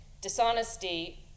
dishonesty